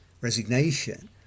resignation